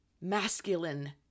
masculine